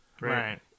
right